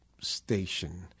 station